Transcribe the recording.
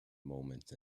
moment